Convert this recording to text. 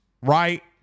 right